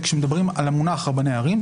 כאשר מדברים על המונח "רבני ערים",